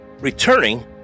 Returning